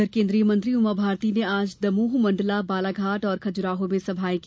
उधर केंद्रीय मंत्री उमा भारती ने आज दमोह मंडला बालाघाट और खजुराहो में जनसभाएं की